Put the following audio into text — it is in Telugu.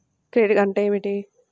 క్రెడిట్ అంటే ఏమిటి?